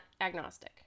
agnostic